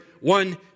one